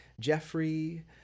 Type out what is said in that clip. Jeffrey